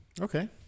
Okay